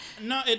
No